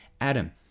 Adam